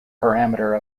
parameter